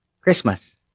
Christmas